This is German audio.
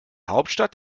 hauptstadt